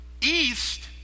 east